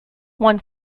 one